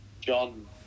John